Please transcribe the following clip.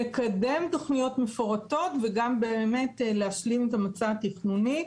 לקדם תוכניות מפורטות וגם באמת להשלים את המצע התכנוני,